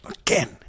again